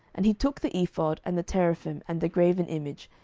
and he took the ephod, and the teraphim, and the graven image,